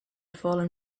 fallen